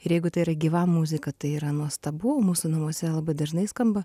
ir jeigu tai yra gyva muzika tai yra nuostabu mūsų namuose labai dažnai skamba